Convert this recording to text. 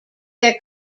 their